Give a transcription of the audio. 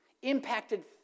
impacted